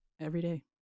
everyday